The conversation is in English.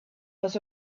was